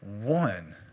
one